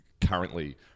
currently